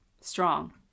strong